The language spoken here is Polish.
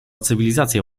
cywilizacja